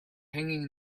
hanging